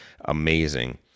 amazing